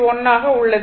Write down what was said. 1 ஆக உள்ளது